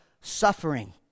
suffering